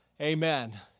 Amen